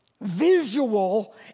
visual